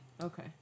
Okay